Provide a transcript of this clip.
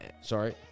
sorry